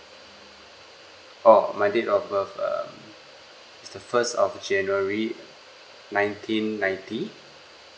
oh my date of birth um it's the first of january nineteen ninety